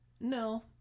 no